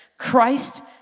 Christ